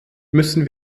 müssen